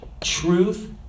truth